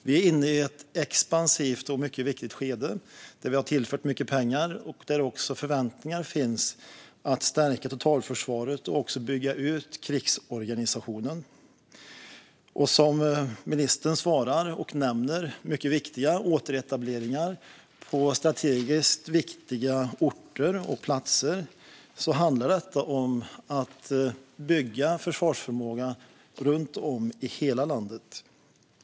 Vi är inne i ett expansivt och mycket viktigt skede där vi har tillfört mycket pengar och där det också finns förväntningar på att stärka totalförsvaret och att bygga ut krigsorganisationen. Ministern nämner mycket viktiga återetableringar på strategiskt viktiga orter och platser. Det handlar om att bygga försvarsförmåga runt om i hela landet.